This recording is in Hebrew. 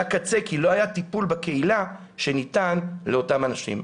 כי לא היה טיפול בקהילה שניתן לאותם אנשים.